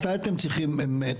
מתי אתם צריכים את